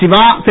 Siva Thiru